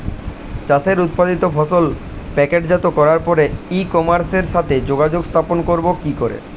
চাষের উৎপাদিত ফসল প্যাকেটজাত করার পরে ই কমার্সের সাথে যোগাযোগ স্থাপন করব কি করে?